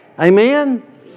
Amen